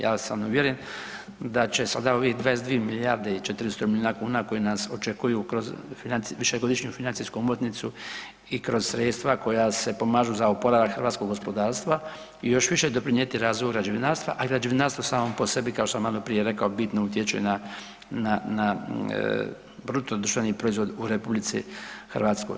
Ja sam uvjeren da će sada ovih 22 milijarde 400 milijuna kuna koji nas očekuju kroz višegodišnju financijsku omotnicu i kroz sredstva koja se pomažu za oporavak hrvatskog gospodarstva još više doprinijeti razvoju građevinarstva, a građevinarstvo samo po sebi kao što sam malo prije rekao bitno utječe na, na, na bruto društveni proizvod u RH.